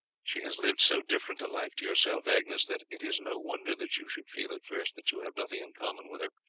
she has lived so different a life to yourself, agnes, that it is no wonder that you should feel at first that you have nothing in common with her.